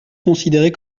considérer